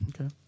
Okay